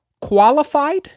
qualified